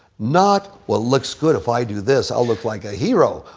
not what looks good, if i do this, i'll look like a hero.